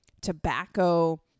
tobacco